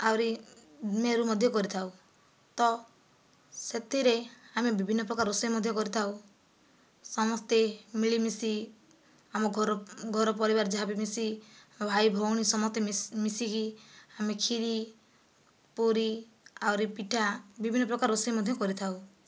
ଆହୁରି ମେରୁ ମଧ୍ୟ କରିଥାଉ ତ ସେଥିରେ ଆମେ ବିଭିନ୍ନ ପ୍ରକାର ରୋଷେଇ ମଧ୍ୟ କରିଥାଉ ସମସ୍ତେ ମିଳିମିଶି ଆମ ଘର ଘର ପରିବାର ଯାହା ବି ମିଶି ଭାଇ ଭଉଣୀ ସମସ୍ତେ ମିଶିକି ଆମେ କ୍ଷିରି ପୁରୀ ଆହୁ ରି ପିଠା ବିଭିନ୍ନ ପ୍ରକାର ରୋଷେଇ ମଧ୍ୟ କରିଥାଉ